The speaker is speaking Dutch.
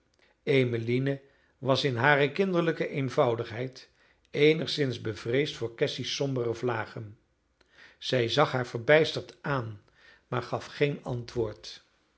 emmeline was in hare kinderlijke eenvoudigheid eenigszins bevreesd voor cassy's sombere vlagen zij zag haar verbijsterd aan maar gaf geen antwoord